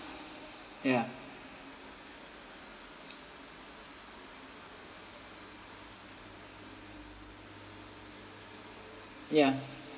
ya ya